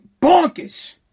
bonkers